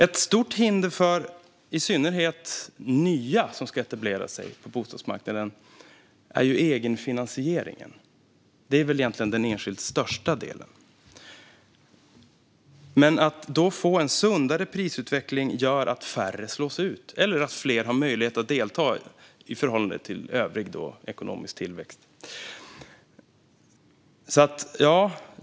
Ett stort hinder i synnerhet för nya som ska etablera sig på bostadsmarknaden är egenfinansieringen. Det är väl egentligen den enskilt största delen. En sundare prisutveckling gör att färre slås ut och att fler har möjlighet att delta i förhållande till övrig ekonomisk tillväxt.